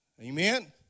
Amen